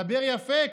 תדבר יפה,